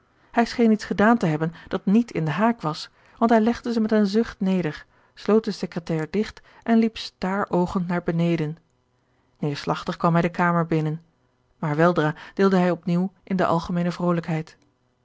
hij scheen iets gedaan te hebben dat niet in den haak was want hij legde ze met een zucht neder sloot de secretaire digt en liep staroogend naar beneden neêrslagtig kwam hij de kamer binnen maar weldra deelde hij op nieuw in de algemeene vrolijkheid